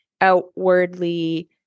outwardly